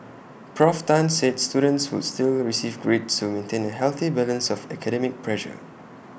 Prof Tan said students would still receive grades to maintain A healthy balance of academic pressure